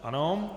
Ano.